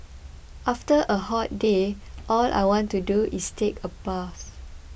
after a hot day all I want to do is take a bath